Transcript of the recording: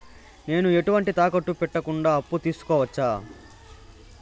నేను ఎటువంటి తాకట్టు పెట్టకుండా అప్పు తీసుకోవచ్చా?